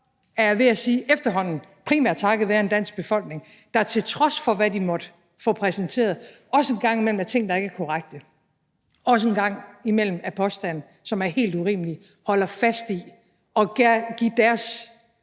ved at sige – primært takket være en dansk befolkning, der til trods for, hvad de måtte få præsenteret, også en gang imellem af ting, der ikke er korrekte, også en gang imellem af påstande, som er helt urimelige, holder fast i at give deres